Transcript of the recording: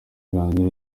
irangira